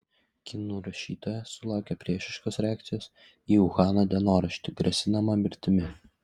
kinų rašytoja sulaukė priešiškos reakcijos į uhano dienoraštį grasinama mirtimi